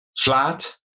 Flat